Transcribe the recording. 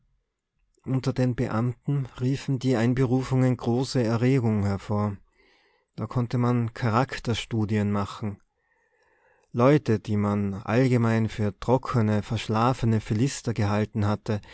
unter den beamten riefen die einberufungen große erregung hervor da konnte man charakterstudien machen leute die man allgemein für trockene verschlafene philister gehalten hatte